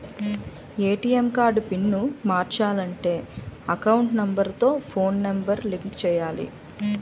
ATM card pin మార్చాలంటే account number తో phone number link చేయాలి